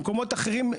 במקומות אחרים,